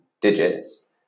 digits